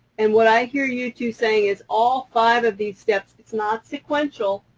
and what i hear you two saying is all five of these steps, it's not sequential,